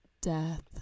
death